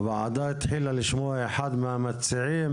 הוועדה התחילה לשמוע אחד מהמציעים,